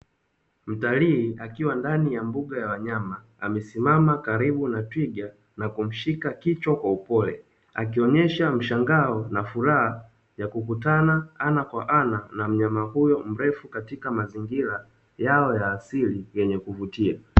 Mtalii akiwa ndani ya mbuga ya wanyama amesimama karibu na twiga na kumshika kichwa kwa upole akionyesha mshangao na furaha ya kukutana ana kwa ana na mnyama huyo mrefu katika mazingira yao ya asili yenye kuvutia.